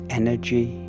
energy